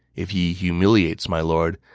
if he humiliates my lord,